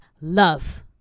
love